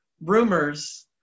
rumors